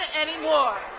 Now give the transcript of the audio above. anymore